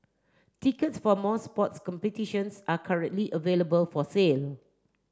tickets for most sports competitions are currently available for sale